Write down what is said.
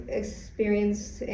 experienced